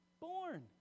born